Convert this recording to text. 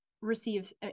receive